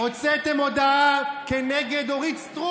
זה לא אומר שזו האמת.